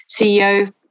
CEO